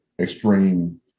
extreme